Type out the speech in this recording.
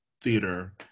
Theater